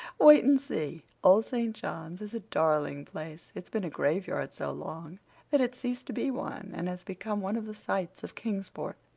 wait and see. old st. john's is a darling place. it's been a graveyard so long that it's ceased to be one and has become one of the sights of kingsport.